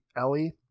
Ellie